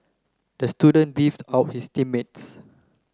the student beefed about his team mates